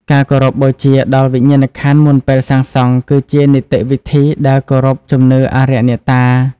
ការគោរពបូជាដល់ វិញ្ញាណក្ខន្ធមុនពេលសាងសង់ គឺជានីតិវិធីដែលគោរពជំនឿអារក្សអ្នកតា។